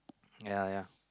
ya ya